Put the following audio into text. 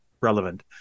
relevant